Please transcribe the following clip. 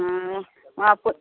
ہاں وہاں کچھ